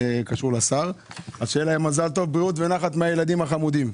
שיהיה להם מזל טוב, בריאות ונחת מהילדים החמודים.